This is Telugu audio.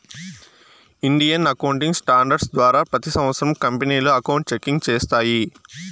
ఇండియన్ అకౌంటింగ్ స్టాండర్డ్స్ ద్వారా ప్రతి సంవత్సరం కంపెనీలు అకౌంట్ చెకింగ్ చేస్తాయి